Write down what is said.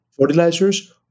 fertilizers